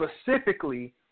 specifically